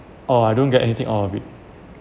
or I don't get anything out of it